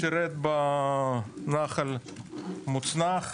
שירת בנח"ל מוצנח.